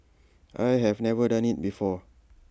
I had never done IT before